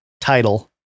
title